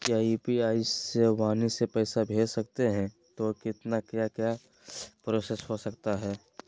क्या यू.पी.आई से वाणी से पैसा भेज सकते हैं तो कितना क्या क्या प्रोसेस हो सकता है?